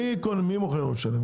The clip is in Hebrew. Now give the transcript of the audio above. מי מוכר עוף שלם?